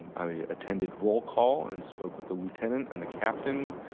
i attended roll call and spoke with the lieutenant, and the captain,